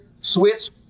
switch